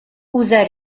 usa